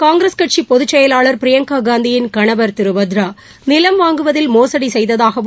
காங்கிரஸ் கட்சி பொதுச்செயலாளர் பிரியங்கா காந்தியின் கணவர் திரு வத்ரா நிலம் வாங்குவதில் மோசடி செய்ததாகவும்